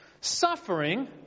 Suffering